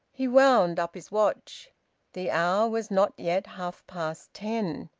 he wound up his watch the hour was not yet half-past ten.